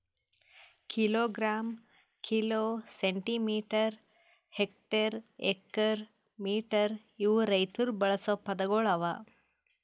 kilogram, kilo, centimetre, hectare, acre, metre ಇವು ರೈತುರ್ ಬಳಸ ಪದಗೊಳ್ ಅವಾ